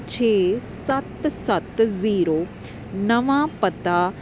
ਛੇ ਸੱਤ ਸੱਤ ਜ਼ੀਰੋ ਨਵਾਂ ਪਤਾ